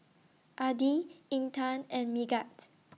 Adi Intan and Megat